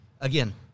again